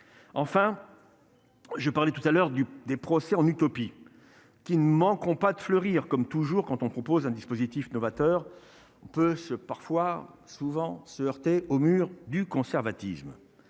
enfin je parlais tout à l'heure du des procès en utopie qui ne manqueront pas de fleurir comme toujours quand on propose un dispositif novateur peut se parfois souvent se heurter au mur du conservatisme,